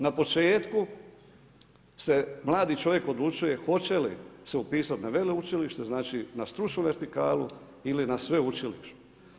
Na početku se mladi čovjek odlučuje hoće li se upisati na veleučilište, znači na stručnu vertikalu ili na sveučilišnu.